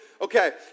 Okay